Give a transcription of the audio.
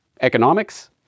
Economics